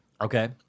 Okay